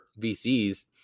VCs